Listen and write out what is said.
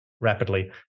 rapidly